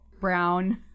brown